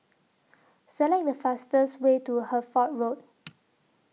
Select The fastest Way to Hertford Road